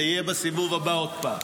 זה יהיה בסיבוב הבא עוד פעם.